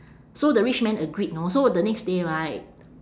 so the rich man agreed know so the next day right